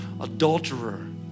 adulterer